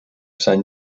sant